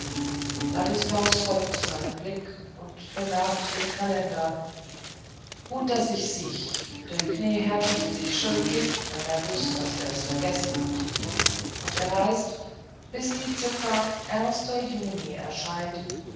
ladislaus folgt seinem blick und bemerkt den kalender gut daß ich's siech der knäher mächt sich schön giften wenn er wüßt daß er's vergessen hat und er reißt bis die ziffer juni erscheint